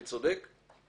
אני צודק?